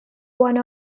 one